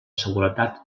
seguretat